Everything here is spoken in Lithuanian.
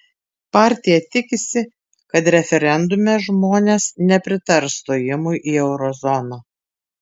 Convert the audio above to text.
partija tikisi kad referendume žmones nepritars stojimui į euro zoną